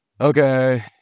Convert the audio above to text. okay